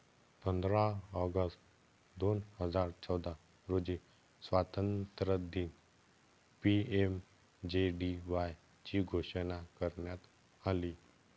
पंधरा ऑगस्ट दोन हजार चौदा रोजी स्वातंत्र्यदिनी पी.एम.जे.डी.वाय ची घोषणा करण्यात आली